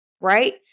right